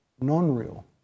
non-real